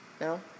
No